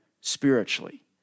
spiritually